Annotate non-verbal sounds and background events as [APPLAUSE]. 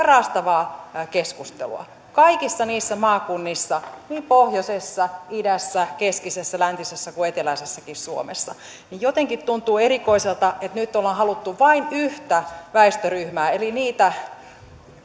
[UNINTELLIGIBLE] raastavaa keskustelua kaikissa niissä maakunnissa niin pohjoisessa idässä keskisessä läntisessä kuin eteläisessäkin suomessa jotenkin tuntuu erikoiselta että nyt ollaan haluttu vain yhtä väestöryhmää eli niitä